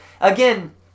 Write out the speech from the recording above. again